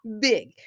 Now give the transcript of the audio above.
Big